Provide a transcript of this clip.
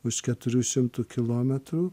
už keturių šimtų kilometrų